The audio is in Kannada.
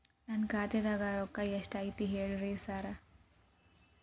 ನನ್ ಖಾತ್ಯಾಗ ರೊಕ್ಕಾ ಎಷ್ಟ್ ಐತಿ ಹೇಳ್ರಿ ಸಾರ್?